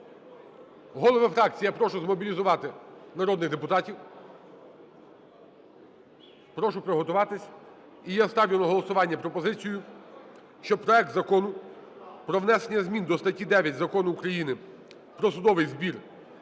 Голови фракцій, я прошу змобілізувати народних депутатів. Прошу приготуватись. І я ставлю на голосування пропозицію, щоб проект Закону про внесення змін до статті 9 Закону "Про судовий збір"